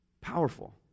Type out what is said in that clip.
Powerful